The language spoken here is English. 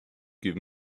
give